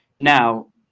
Now